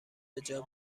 بجا